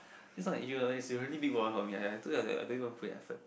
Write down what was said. this kind of ego uh is really big one for me I I told you I don't even put in effort